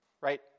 right